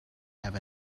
have